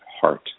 heart